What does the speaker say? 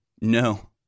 No